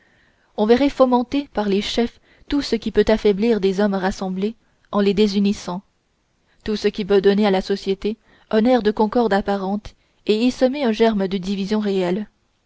on verrait fomenter par les chefs tout ce qui peut affaiblir des hommes rassemblés en les désunissant tout ce qui peut donner à la société un air de concorde apparente et y semer un germe de division réelle